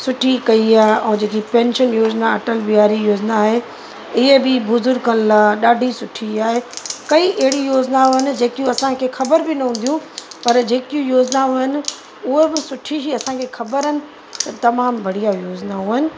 सुठी कई आहे ऐं जेकी पेंशन योजिना अटल बिहारी योजिना आहे इहि बि बुज़ुर्गनि लाइ ॾाढी सुठी आहे कई अहिड़ी योजिनाऊं आहिनि जेकियूं असांखे ख़बर बि न हुंदियूं पर जेकी योजिनाऊं आहिनि उहे बि सुठी ही असांखे ख़बर आहिनि तमामु बढ़िया योजनाऊं आहिनि